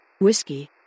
Whiskey